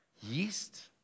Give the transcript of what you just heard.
Yeast